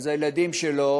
הילדים שלו